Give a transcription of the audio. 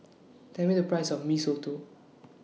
Tell Me The Price of Mee Soto